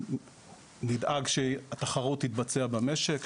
אנחנו נדאג שהתחרות תתבצע במשק,